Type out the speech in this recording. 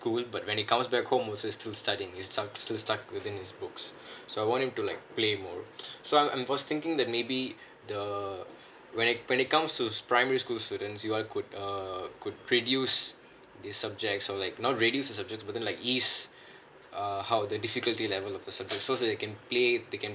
school but when he comes back home also he is still studying he's still stuck reading his books so I want him to like play more so I was thinking that maybe the uh when I when it comes to primary school students you all could uh could reviews this subject so like not like reduce this subject but like east err how the difficulty level or something so they can play they can